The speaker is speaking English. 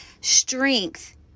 strength